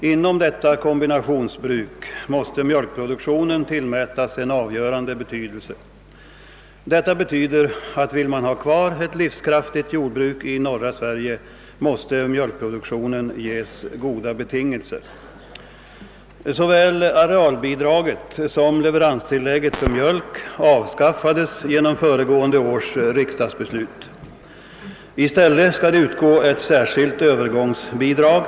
Inom detta kombinationsbruk måste mjölkproduktionen tillmätas en avgörande betydelse. Detta gör att mjölkproduktionen måste ges goda be tingelser om man skall kunna behålla ett livskraftigt jordbruk i norra Sverige. Såväl arealbidraget som leveranstilllägget på mjölk avskaffades genom föregående års riksdagsbeslut. I stället skall utgå ett särskilt övergångsbidrag.